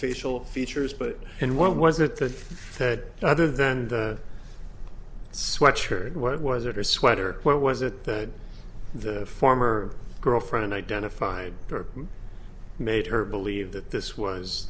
facial features but in what was it the head rather than the sweatshirt what was or sweater what was it that the former girlfriend identified made her believe that this was